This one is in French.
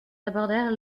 abordèrent